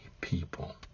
people